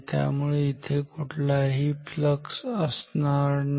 त्यामुळे इथे कुठलाही फ्लक्स असणार नाही